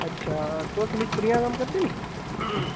अच्छा तुस मिस्त्रियें दा कम्म करदे नि